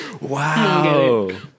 wow